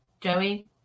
Joey